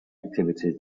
activities